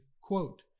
quote